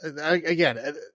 again